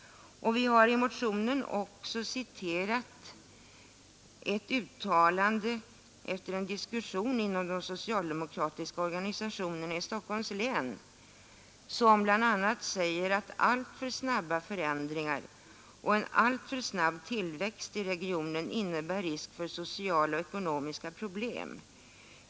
I motionen har vi också citerat ett uttalande efter en diskussion inom de socialdemokratiska organisationerna i Stockholms län. Där sägs bl.a.: ”Alltför snabba förändringar och en alltför snabb tillväxt i regionen innebär risk för sociala och ekonomiska problem.